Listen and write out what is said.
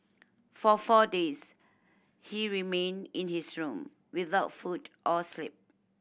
for four days he remained in his room without food or sleep